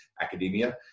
academia